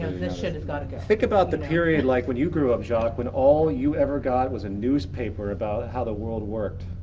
this shit's got to go! think about the period like when you grew up, jacque when all you ever got was a newspaper about how the world worked.